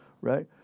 right